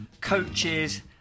coaches